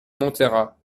montera